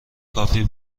کافی